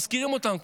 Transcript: מזכירים אותם,